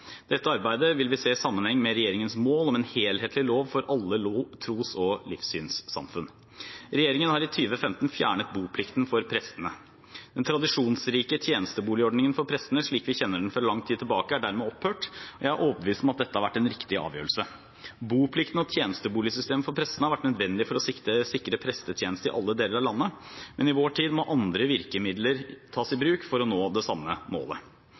Dette arbeidet vil vi se i sammenheng med regjeringens mål om en helhetlig lov for alle tros- og livssynssamfunn. Regjeringen har i 2015 fjernet boplikten for prestene. Den tradisjonsrike tjenesteboligordningen for prestene, slik vi kjenner den fra lang tid tilbake, er dermed opphørt. Jeg er overbevist om at dette har vært en riktig avgjørelse. Boplikten og tjenesteboligsystemet for prestene har vært nødvendig for å sikre prestetjeneste i alle deler av landet. I vår tid må andre virkemidler tas i bruk for å nå det samme målet.